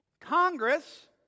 Congress